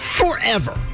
Forever